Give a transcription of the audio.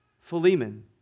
Philemon